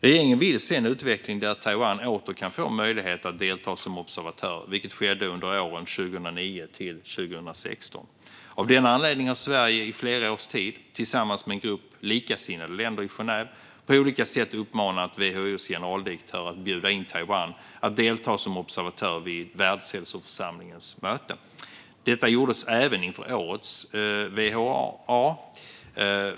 Regeringen vill se en utveckling där Taiwan åter kan få möjlighet att delta som observatör, vilket skedde under åren 2009-2016. Av denna anledning har Sverige i flera års tid, tillsammans med en grupp likasinnade länder, på olika sätt uppmanat WHO:s generaldirektör att bjuda in Taiwan att delta som observatör vid Världshälsoförsamlingens möte i Genève. Detta gjordes även inför årets WHA.